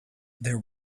there